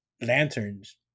lanterns